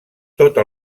tota